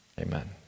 Amen